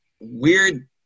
weird